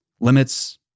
Limits